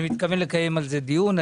אני מתכוון לקיים על זה דיון.